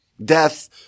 Death